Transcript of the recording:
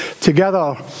together